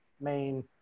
main